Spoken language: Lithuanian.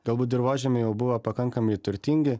galbūt dirvožemiai jau buvo pakankamai turtingi